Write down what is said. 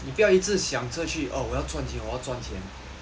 你不要一直想这句哦我要赚钱我要赚钱